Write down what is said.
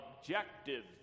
objective